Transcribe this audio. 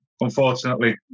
unfortunately